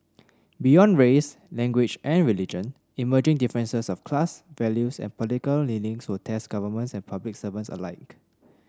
beyond race language and religion emerging differences of class values and political leanings will test governments and public servants alike